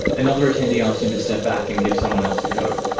another attendee asked him to step back and give someone else a go.